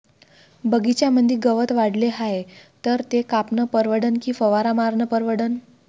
बगीच्यामंदी गवत वाढले हाये तर ते कापनं परवडन की फवारा मारनं परवडन?